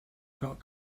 felt